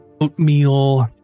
oatmeal